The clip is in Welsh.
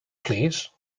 plîs